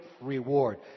reward